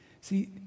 See